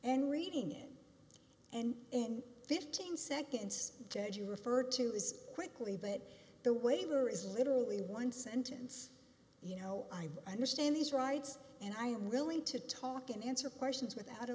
and reading it and in fifteen seconds judge you referred to as quickly but the waiver is literally one sentence you know i understand these rights and i am willing to talk and answer questions without a